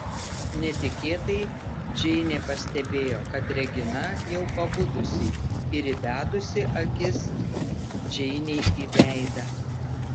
netikėtai džeinė pastebėjo kad regina jau pabudusi ir įbedusi akis džeinei į veidą